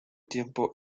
tiempo